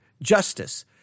justice